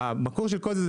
המקור של כל זה,